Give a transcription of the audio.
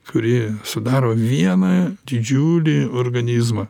kurį sudaro vieną didžiulį organizmą